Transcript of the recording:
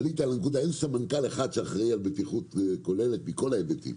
עלית על הנקודה סמנכ"ל אחד שאחראי על בטיחות כוללת מכל ההיבטים,